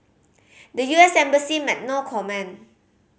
the U S embassy made no comment